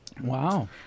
Wow